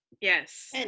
yes